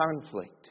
conflict